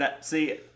See